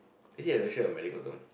is it initially a medical term